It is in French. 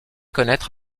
connaître